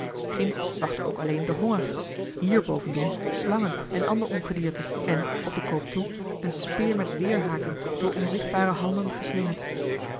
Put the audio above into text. ginds wachtte ook alleen de honger hier bovendien slangen en ander ongedierte en op den koop toe eene speer met weerhaken door onzichtbare handen geslingerd